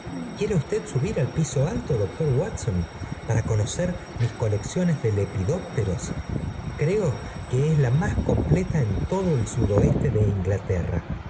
quiere usted subir al piso alto aoctor watson para conocer mis colecciones de lepidópteros creo que es la más completa en todo el sudoeste de inglaterra